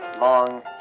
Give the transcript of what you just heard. long